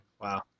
Wow